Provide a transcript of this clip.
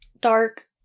dark